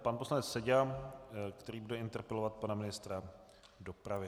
Pan poslanec Seďa, který bude interpelovat pana ministra dopravy.